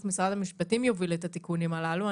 משרד המשפטים יוביל את התיקונים הללו.